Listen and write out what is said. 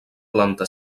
planta